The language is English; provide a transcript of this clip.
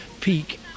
peak